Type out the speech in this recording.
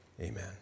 amen